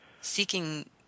seeking